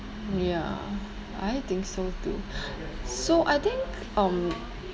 ya I think so too so I think um